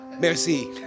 Merci